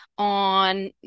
on